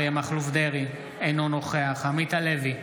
אריה מכלוף דרעי, אינו נוכח עמית הלוי,